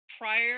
prior